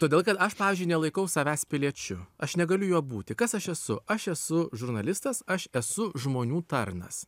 todėl kad aš pavyzdžiui nelaikau savęs piliečiu aš negaliu juo būti kas aš esu aš esu žurnalistas aš esu žmonių tarnas